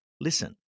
listen